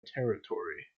territory